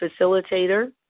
facilitator